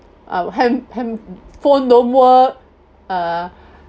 our hand handphone don't work uh